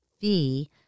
fee